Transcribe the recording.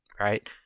right